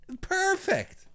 Perfect